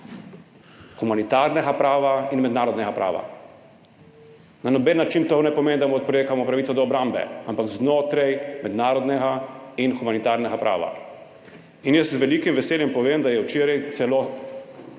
humanitarnega prava in mednarodnega prava. Na noben način to ne pomeni, da mu oporekamo pravico do obrambe, ampak znotraj mednarodnega in humanitarnega prava. In jaz z velikim veseljem povem, da je včeraj celo